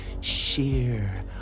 sheer